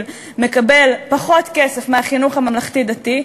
מקבל פחות כסף מהחינוך הממלכתי-דתי,